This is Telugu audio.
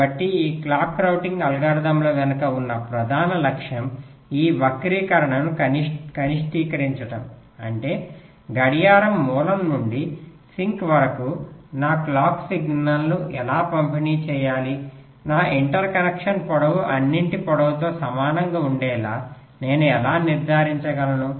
కాబట్టి ఈ క్లాక్ రౌటింగ్ అల్గోరిథంల వెనుక ఉన్న ప్రధాన లక్ష్యం ఈ వక్రీకరణను కనిష్టీకరించడం అంటే గడియారం మూలం నుండి సింక్ వరకు నా క్లాక్ సిగ్నల్ను ఎలా పంపిణీ చేయాలి నా ఇంటర్ కనెక్షన్ పొడవు అన్నింటి పొడవుతో సమానంగా ఉండేలా నేను ఎలా నిర్ధారించగలను